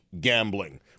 gambling